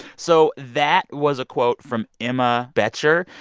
so that was a quote from emma boettcher.